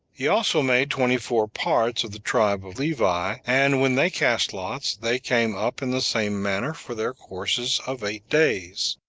he also made twenty-four parts of the tribe of levi and when they cast lots, they came up in the same manner for their courses of eight days.